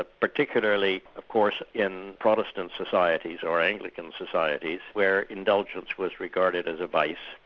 ah particularly of course in protestant societies or anglican societies, where indulgence was regarded as a vice.